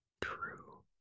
True